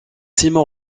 simon